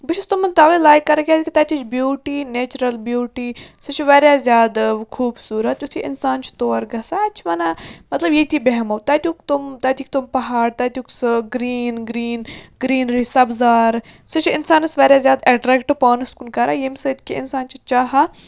بہٕ چھُس تِمَن تَوے لایِک کَران کیٛازِکہِ تَتِچ بیوٗٹی نیچرَل بیوٗٹی سُہ چھُ واریاہ زیادٕ خوٗبصوٗرت یُتھُے اِنسان چھِ تور گَژھان اَتہِ چھِ وَنان مطلب ییٚتی بیٚہمو تَتیُک تِم تَتِکۍ تٕم پہاڑ تَتیُک سُہ گرٛیٖن گرٛیٖن گرٛیٖنری سَبزار سُہ چھُ اِنسانَس واریاہ زیادٕ اٮ۪ٹرٛیکٹ پانَس کُن کَران ییٚمہِ سۭتۍ کہِ اِنسان چھُ چاہان